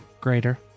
Greater